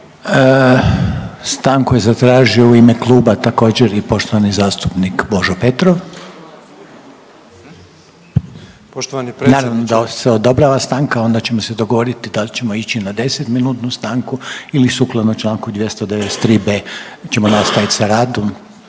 Stanku je zatražio u ime kluba također i poštovani zastupnik Božo Petrov. Naravno da se odobrava stanka, onda ćemo se dogovoriti da li ćemo ići na deset minutnu stanku ili sukladno Članku 293b. ćemo nastaviti s radom,